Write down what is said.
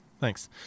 Thanks